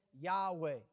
Yahweh